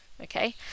Okay